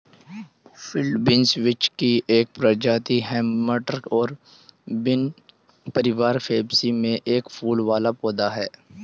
field beans vetch की एक प्रजाति है, मटर और बीन परिवार फैबेसी में एक फूल वाला पौधा है